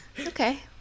Okay